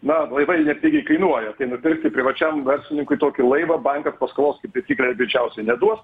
na laivai nepigiai kainuoja tai nupirkti privačiam verslininkui tokį laivą bankas paskolos kaip ir tikrai greičiausiai neduos